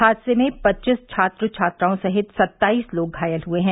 हादसे में पच्चीस छात्र छात्राओं सहित सत्ताइस लोग घायल हुए हैं